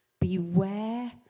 beware